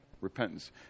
repentance